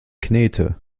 knete